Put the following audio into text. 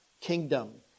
kingdom